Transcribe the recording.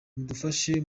mudufashe